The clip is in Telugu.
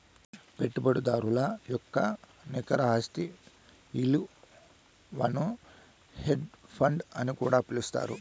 పెట్టుబడిదారుల యొక్క నికర ఆస్తి ఇలువను హెడ్జ్ ఫండ్ అని కూడా పిలుత్తారు